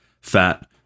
fat